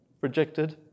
rejected